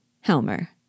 Helmer